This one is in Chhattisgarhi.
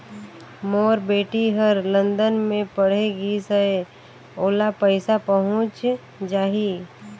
मोर बेटी हर लंदन मे पढ़े गिस हय, ओला पइसा पहुंच जाहि?